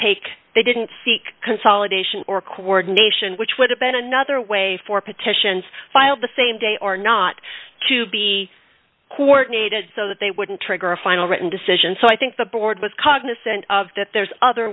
take they didn't seek consolidation or coordination which would have been another way for petitions filed the same day or not to be coordinated so that they wouldn't trigger a final written decision so i think the board was cognizant of that there's other